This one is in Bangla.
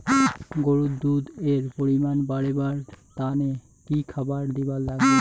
গরুর দুধ এর পরিমাণ বারেবার তানে কি খাবার দিবার লাগবে?